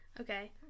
Okay